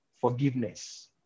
forgiveness